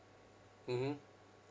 mmhmm